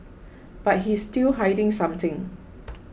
but he's still hiding something